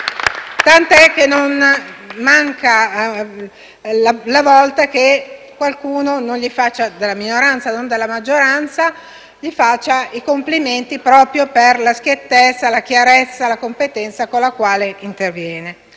vero che non manca mai che qualcuno, della minoranza e non dalla maggioranza, non gli faccia i complimenti proprio per la schiettezza, la chiarezza, la competenza con la quale interviene.